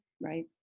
Right